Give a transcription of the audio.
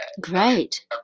Great